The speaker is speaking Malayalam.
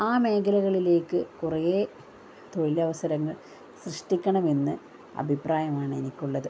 ആ മേഖലകളിലേക്ക് കുറെ തൊഴിലവസരങ്ങൾ സൃഷ്ടിക്കണമെന്ന് അഭിപ്രായമാണ് എനിക്കുള്ളത്